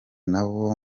nabo